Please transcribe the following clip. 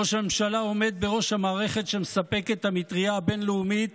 ראש הממשלה עומד בראש המערכת שמספקת את המטרייה הבין-לאומית